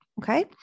Okay